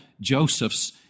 Josephs